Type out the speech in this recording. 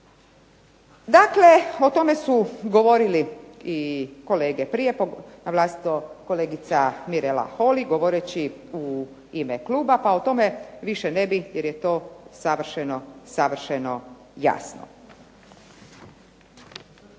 Dakle, o tome su govorili i kolege prije, kolegica Mirela Holy govoreći u ime kluba pa o tome više ne bi jer je to savršeno jasno.